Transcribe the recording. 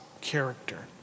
character